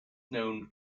known